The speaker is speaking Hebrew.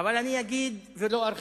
אבל אני אגיד ולא ארחיב,